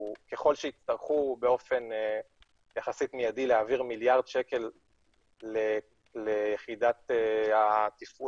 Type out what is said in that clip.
ככל שיצטרכו באופן יחסית מיידי להעביר מיליארד שקל ליחידת התפעול